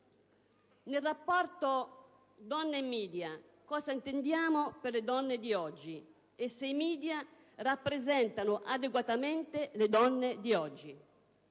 nel rapporto donne-*media*, cosa intendiamo per le donne di oggi, e se i *media* rappresentano adeguatamente le donne di oggi.